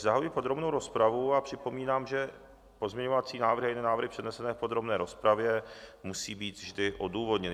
Zahajuji podrobnou rozpravu a připomínám, že pozměňovací návrhy a jiné návrhy přednesené v podrobné rozpravě musí být vždy odůvodněny.